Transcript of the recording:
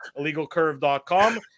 illegalcurve.com